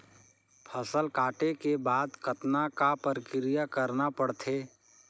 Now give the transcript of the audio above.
फसल काटे के बाद कतना क प्रक्रिया करना पड़थे?